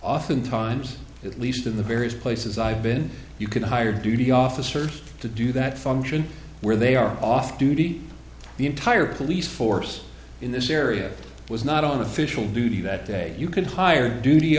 oftentimes at least in the various places i've been you could hire duty officers to do that function where they are off duty the entire police force in this area was not on official duty that day you could hire duty